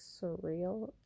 surreal